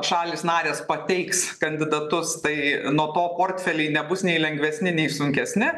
šalys narės pateiks kandidatus tai nuo to portfeliai nebus nei lengvesni nei sunkesni